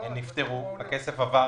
הן נפתרו, הכסף עבר